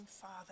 Father